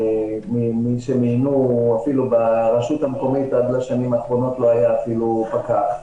כשהם --- או אפילו ברשות המקומית עד לשנים האחרונות לא היה אפילו פקח.